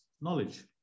Knowledge